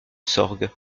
sorgue